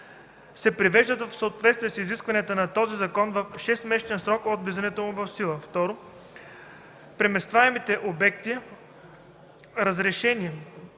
се привеждат в съответствие с изискванията на този закон в 6-месечен срок от влизането му в сила. (2) Преместваемите обекти, разрешени